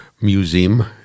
museum